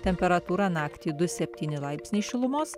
temperatūra naktį du septyni laipsniai šilumos